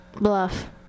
Bluff